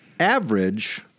average